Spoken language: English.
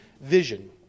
vision